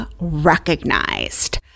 recognized